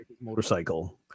motorcycle